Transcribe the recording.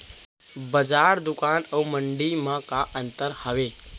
बजार, दुकान अऊ मंडी मा का अंतर हावे?